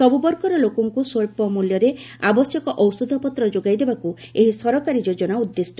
ସବୁବର୍ଗର ଲୋକଙ୍କୁ ସ୍ୱଚ୍ଚ ମୂଲ୍ୟରେ ଆବଶ୍ୟକ ଔଷଧପତ୍ର ଯୋଗାଇଦେବାକୁ ଏହି ସରକାରୀ ଯୋଜନା ଉଦ୍ଦିଷ୍ଟ